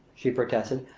she protested.